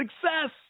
success